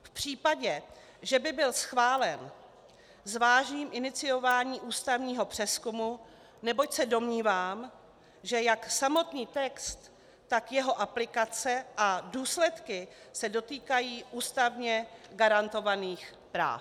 V případě, že by byl schválen, zvážím iniciování ústavního přezkumu, neboť se domnívám, že jak samotný text, tak jeho aplikace a důsledky se dotýkají ústavně garantovaných práv.